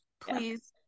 please